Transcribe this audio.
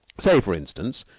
say, for instance,